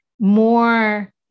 more